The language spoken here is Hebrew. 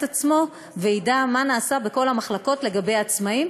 עצמו וידע מה נעשה בכל המחלקות לגבי העצמאים,